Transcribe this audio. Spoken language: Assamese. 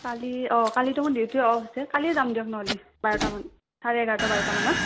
কালি অঁ কালিটো আছে কালিয়ে যাম দিয়ক নহ'লে বাৰটামান চাৰে এঘাৰটা বাৰটামানত